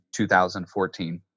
2014